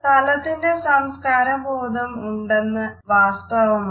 സ്ഥലത്തിന്റെ സംസ്കാര ബോധം ഉണ്ട് എന്നത് വാസ്തവമാണ്